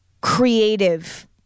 creative